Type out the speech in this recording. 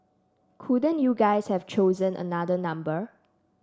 couldn't you guys have chosen another number